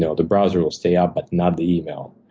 yeah the browser will stay up, but not the email.